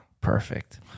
Perfect